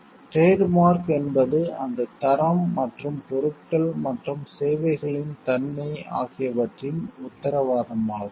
trade mark என்பது அந்தத் தரம் மற்றும் பொருட்கள் மற்றும் சேவைகளின் தன்மை ஆகியவற்றின் உத்தரவாதமாகும்